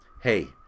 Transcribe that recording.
hey